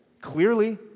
clearly